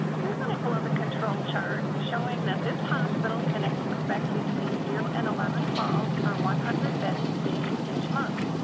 here's an example of a control chart, showing that this hospital can expect between zero and eleven falls per one hundred bed days each month.